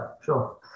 sure